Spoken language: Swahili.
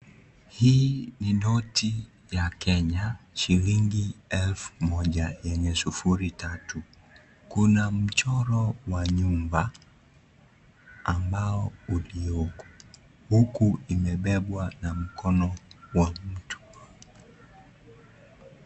Hii ni noti ya Kenya shilingi elfu moja yenye sufuri tatu. Kuna mchoro wa nyumba ambao ulioko huku imebebwa na mkono wa mtu.